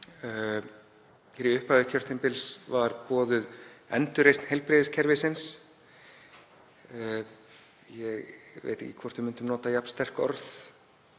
Í upphafi kjörtímabils var boðuð endurreisn heilbrigðiskerfisins. Ég veit ekki hvort við myndum nota jafn sterk orð